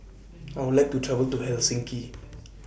I Would like to travel to Helsinki